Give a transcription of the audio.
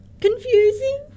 Confusing